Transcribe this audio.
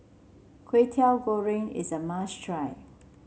Kwetiau Goreng is a must try